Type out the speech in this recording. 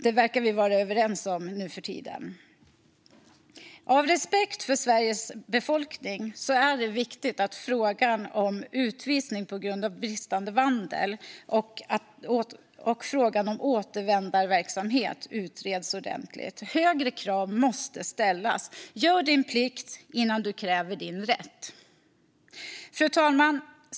Det verkar vi vara överens om nu för tiden. Av respekt för Sveriges befolkning är det viktigt att frågan om utvisning på grund av bristande vandel och frågan om återvändarverksamhet utreds ordentligt. Högre krav måste ställas. Gör din plikt innan du kräver din rätt! Fru talman!